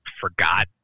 forgot